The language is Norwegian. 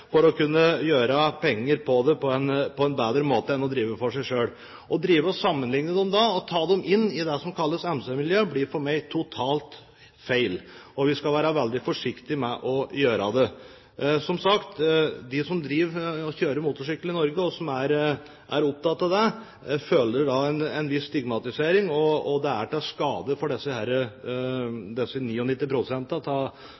for å kunne gjøre penger på det på en bedre måte enn å drive for seg selv. Å sammenligne dem med og ta dem inn i det som kalles MC-miljøet, blir for meg totalt feil. Og vi skal være veldig forsiktige med å gjøre det. Som sagt: De som kjører motorsykkel i Norge, og som er opptatt av det, føler en viss stigmatisering, og det er til skade for